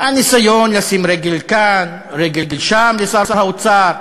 הניסיון לשים רגל כאן, רגל שם, לשר האוצר.